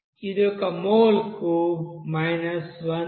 ఇది ఒక మోల్కు 1366